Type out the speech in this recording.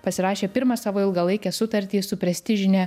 pasirašė pirmą savo ilgalaikę sutartį su prestižine